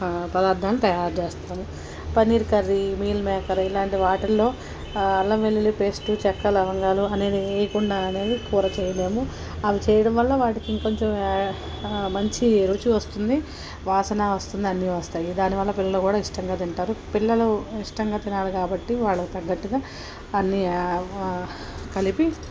పదార్థాలను తయారు చేస్తాము పన్నీర్ కర్రీ మీల్ మేకర్ ఇలాంటి వాటిల్లో అల్లం వెల్లుల్లి పేస్టు చెక్కా లవంగాలు అనేది ఏయకుండా అనేది కూర చేయలేము అవి చేయడం వల్ల వాటికి ఇంకొంచెం మంచి రుచి వస్తుంది వాసనా వస్తుంది అన్నీ వస్తాయి దాని వల్ల పిల్లలు కూడా ఇష్టంగా తింటారు పిల్లలు ఇష్టంగా తినాలి కాబట్టి వాళ్ళకు తగ్గట్టుగా అన్నీ కలిపి